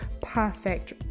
perfect